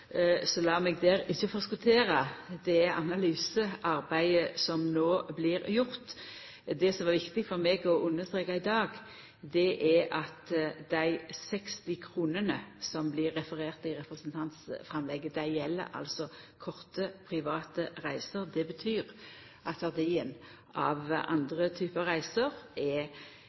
analysearbeidet som no blir gjort. Det som var viktig for meg å understreka i dag, er at dei 60 kr som det blir referert til i representantframlegget, gjeld korte private reiser. Det betyr at verdien av andre type reiser då er